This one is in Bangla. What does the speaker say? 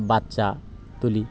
বাচ্চা তুলি